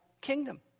kingdom